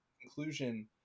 conclusion